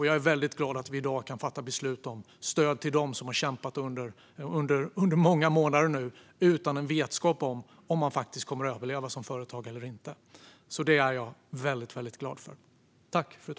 Jag är väldigt glad för att vi i dag kan fatta beslut om stöd till dem som nu har kämpat under många månader utan vetskap om huruvida de kommer att överleva som företagare. Det gläder mig mycket.